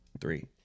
Three